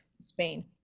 Spain